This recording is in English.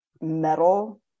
metal